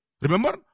Remember